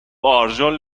آرژول